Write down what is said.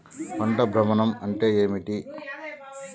పంట భ్రమణం అంటే ఏంటి?